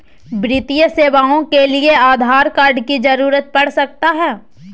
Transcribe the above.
वित्तीय सेवाओं के लिए आधार कार्ड की जरूरत पड़ सकता है?